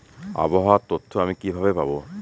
আবহাওয়ার তথ্য আমি কিভাবে পাবো?